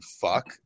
fuck